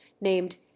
named